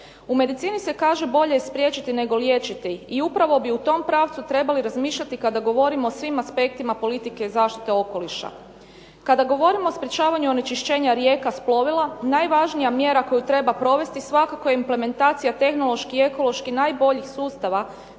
U medicini se kaže "bolje je spriječiti, nego liječiti" i upravo bi u tom pravcu trebali razmišljati kada govorimo o svim aspektima politike zaštite okoliša. Kada govorimo o sprječavanju onečišćenja rijeka s plovila najvažnija mjera koju treba provesti svakako je implementacija tehnološki i ekološki najboljih sustava